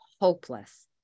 hopeless